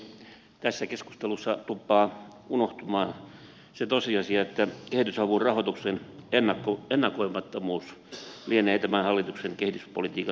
tässä keskustelussa tuppaa unohtumaan se tosiasia että kehitysavun rahoituksen ennakoimattomuus lienee tämän hallituksen kehityspolitiikan heikoin kohta